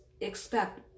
expect